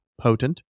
potent